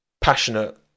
passionate